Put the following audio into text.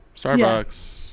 Starbucks